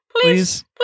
please